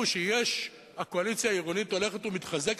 שהקואליציה העירונית הולכת ומתחזקת,